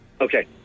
Okay